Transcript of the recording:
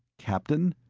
captain?